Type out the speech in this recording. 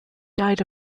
died